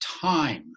time